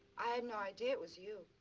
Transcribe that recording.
i had no idea it was you.